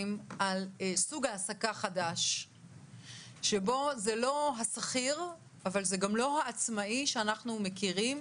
על סוג העסקה חדש שבו זה לא השכיר אבל זה ג לא העצמאי שאנחנו מכירים.